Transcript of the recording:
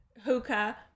hookah